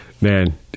Man